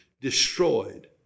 destroyed